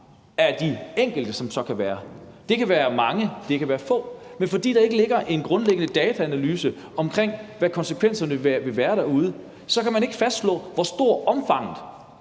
af de enkelte, som der så kan være. Det kan være mange, det kan være få, men fordi der ikke ligger en grundlæggende dataanalyse af, hvad konsekvenserne vil være derude, så kan man ikke fastslå, hvor stort omfanget